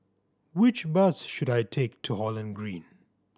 which bus should I take to Holland Green